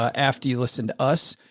ah after you listen to us,